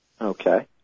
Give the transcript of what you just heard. Okay